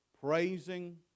praising